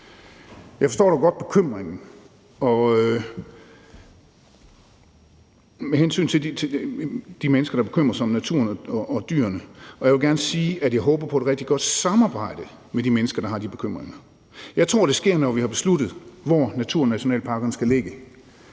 Jeg forstår dog godt bekymringen hos de mennesker, der bekymrer sig om naturen og dyrene, og jeg vil gerne sige, at jeg håber på et rigtig godt samarbejde med de mennesker, der har de bekymringer. Jeg tror, det sker, når vi har besluttet, hvor naturnationalparkerne skal ligge,